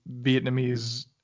Vietnamese